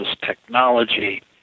technology